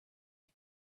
you